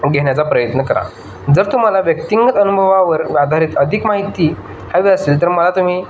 घेण्याचा प्रयत्न करा जर तुम्हाला व्यक्तिगत अनुभवावर आधारित अधिक माहिती हवी असेल तर मला तुम्ही